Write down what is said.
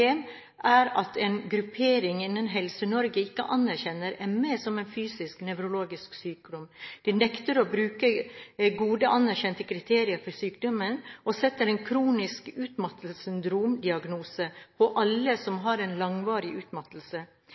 problem, er at en gruppering innen helsenorge, ikke anerkjenner ME som en fysisk, nevrologisk sykdom. De nekter å bruke gode anerkjente kriterier for sykdommen, og setter en «Kronisk utmattelsessyndrom diagnose» på alle som har langvarig utmattelse.